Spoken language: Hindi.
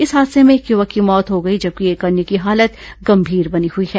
इस हादसे में एक यवक की मौत हो गई जबकि एक अन्य की हालत गंभीर बनी हई है